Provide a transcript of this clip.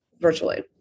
virtually